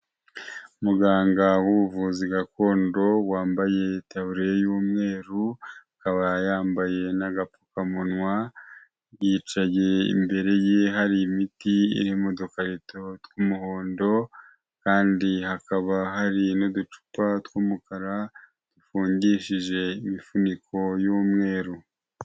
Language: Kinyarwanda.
Muganga w'ubuvuzi gakondo wambaye itaburiya y'umweru, akaba yambaye n'agapfukamunwa, yicaye imbere ye hari imiti iri mu dukarito tw'umuhondo kandi hakaba hari n'uducupa tw'umukara dufungishije imifuniko y'umweru.